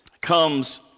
comes